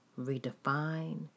redefine